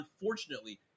unfortunately